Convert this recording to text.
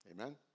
Amen